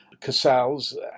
Casals